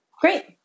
Great